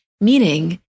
meaning